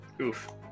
oof